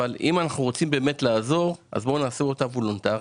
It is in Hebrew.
אבל אם אנחנו רוצים באמת לעזור בואו נעשה אותה וולונטרית.